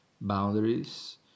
boundaries